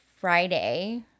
Friday